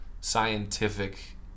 scientific